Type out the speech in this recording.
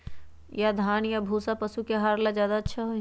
या धान के भूसा पशु के आहार ला अच्छा होई?